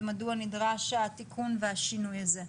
ומדוע נדרש התיקון והשינוי הזה.